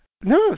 No